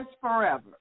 forever